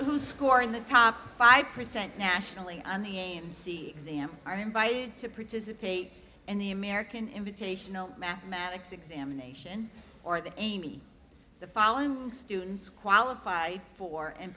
who score in the top five percent nationally on the mc example are invited to participate in the american invitational mathematics examination or that amy the following students qualified for and